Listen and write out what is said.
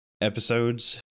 episodes